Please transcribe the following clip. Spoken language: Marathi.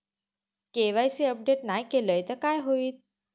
के.वाय.सी अपडेट नाय केलय तर काय होईत?